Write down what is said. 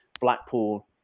Blackpool